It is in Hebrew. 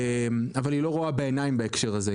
אבל היא לא רואה בעיניים בהקשר הזה.